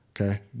Okay